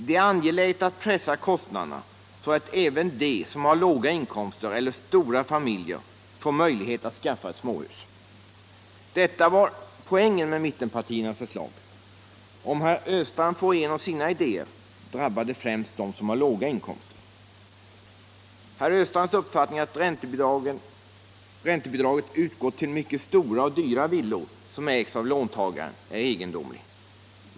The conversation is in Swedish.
Det är angeläget att pressa kostnaderna så att även de som har låga inkomster eller stora familjer får möjlighet att skaffa ett småhus. Detta var poängen med mittenpartiernas förslag. Om herr Östrand får igenom sina idéer drabbar det främst dem som har låga inkomster. Herr Östrands uppfattning att räntebidraget utgått till mycket stora och dyra villor, som ägs av låntagaren, är egendomlig.